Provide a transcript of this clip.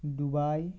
Dubai